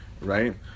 right